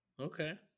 Okay